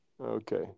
Okay